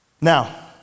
Now